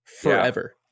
forever